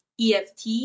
EFT